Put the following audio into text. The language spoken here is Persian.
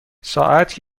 ساعت